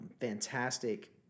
fantastic